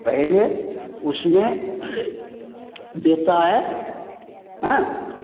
पहले उसमें देता है हाँ